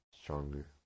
stronger